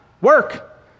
work